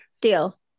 Deal